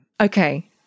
Okay